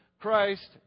Christ